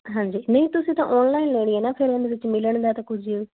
ਹਾਂਜੀ ਨਹੀਂ ਤੁਸੀਂ ਤਾਂ ਓਨਲਾਈਨ ਲੈਣੀ ਹੈ ਨਾ ਫਿਰ ਇਹਦੇ ਵਿੱਚ ਮਿਲਣ ਦਾ ਤਾਂ ਕੁਝ